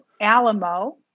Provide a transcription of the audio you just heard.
Alamo